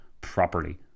properly